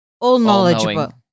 all-knowledgeable